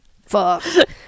fuck